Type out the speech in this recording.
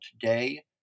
today